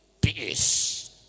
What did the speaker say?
Peace